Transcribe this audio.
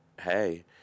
hey